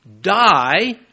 die